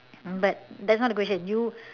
but that's not the question you